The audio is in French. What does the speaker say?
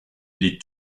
les